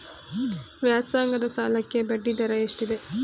ವ್ಯಾಸಂಗದ ಸಾಲಕ್ಕೆ ಬಡ್ಡಿ ದರ ಎಷ್ಟಿದೆ?